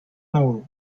more